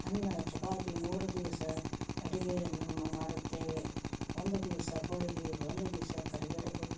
ಅನ್ನ ಚಪಾತಿ ಮೂರು ದಿವಸ ಅಡುಗೆಯನ್ನು ಮಾಡುತ್ತೇವೆ ಒಂದು ದಿವಸ ಹೋಳಿಗೆ ಒಂದು ದಿವಸ ಕರಿಗಡುಬು